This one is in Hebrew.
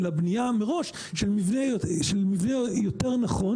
אלא בנייה מראש של מבנה יותר נכון.